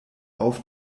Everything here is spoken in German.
auf